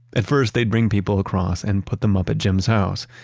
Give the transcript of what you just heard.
at first, they'd bring people across and put them up at jim's house.